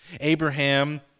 Abraham